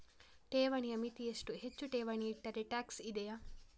ಠೇವಣಿಯ ಮಿತಿ ಎಷ್ಟು, ಹೆಚ್ಚು ಠೇವಣಿ ಇಟ್ಟರೆ ಟ್ಯಾಕ್ಸ್ ಇದೆಯಾ?